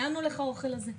לאן הולך האוכל הזה?